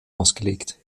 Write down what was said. ausgelegt